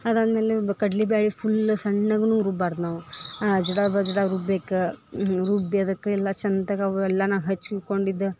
ಅದಾದ್ಮೇಲೆ ಬ ಕಡ್ಲಿ ಬ್ಯಾಳಿ ಫುಲ್ ಸಣ್ಣಗ್ನು ರುಬ್ಬಾರ್ದು ನಾವು ಅಜ್ಡ ಬಜ್ಡ ರುಬ್ಬೇಕು ರುಬ್ಬಿ ಅದಕ್ಕೆ ಎಲ್ಲಾ ಚಂದಗ ಅವೆಲ್ಲನ ಹಚ್ಚಿಕೊಂಡಿದ್ದ